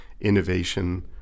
Innovation